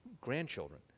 grandchildren